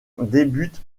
débute